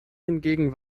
hingegen